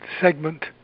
segment